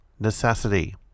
Necessity